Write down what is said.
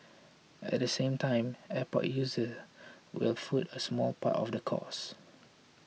at the same time airport users will foot a small part of the cost